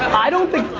i don't think,